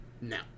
now